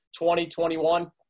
2021